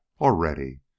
already